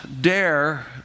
dare